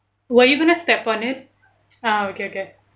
were you going to step on it ah okay okay